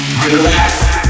Relax